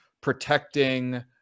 protecting